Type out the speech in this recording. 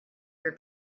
your